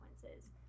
consequences